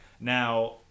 Now